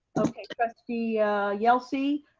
okay trustee yelsey.